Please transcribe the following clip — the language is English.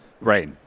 Right